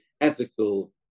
ethical